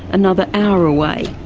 another hour away.